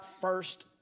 first